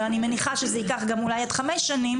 אבל אני מניחה שזה ייקח אולי גם עד חמש שנים